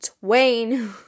Twain